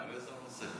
על איזה נושא?